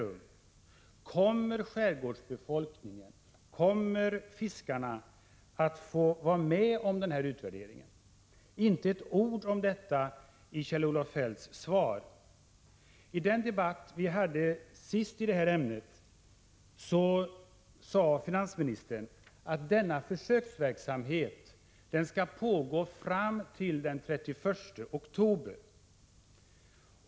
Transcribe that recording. Kommer de berörda, såsom skärgårdsbefolkning och fiskare, att få vara med om denna utvärdering? Inte ett ord om detta nämndes i Kjell-Olof Feldts svar. I den debatt vi senast hade i detta ämne sade finansministern att den här försöksverksamheten skulle pågå fram till den 31 oktober.